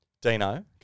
Dino